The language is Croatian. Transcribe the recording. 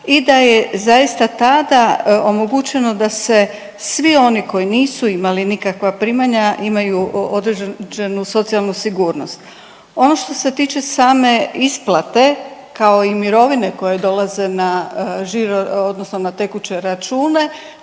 i da je zaista tada omogućeno da se svi oni koji nisu imali nikakva primanja imaju određenu socijalnu sigurnost. Ono što se tiče same isplate kao i mirovine koje dolaze na žiro